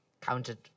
counted